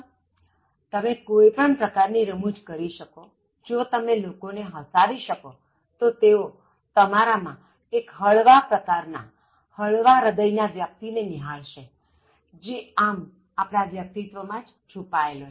જો તમે કોઇ પણ પ્રકાર ની રમૂજ કરી શકો જો તમે લોકોને હસાવી શકો તો તેઓ તમારામાં એક પ્રકાર ના હળવા હ્રદય ના વ્યક્તિ ને નિહાળશે જે આમ તો વ્યક્તિત્વ માં છુપાયેલી છે